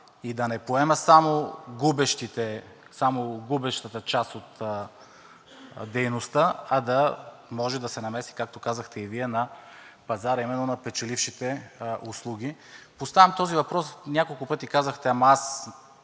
и да не поема само губещата част от дейността, а да може да се намеси, както казахте и Вие, на пазара на печелившите услуги. Поставям този въпрос и няколко пъти казахте: ама аз